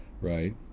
right